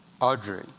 Audrey